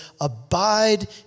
abide